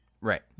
right